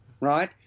right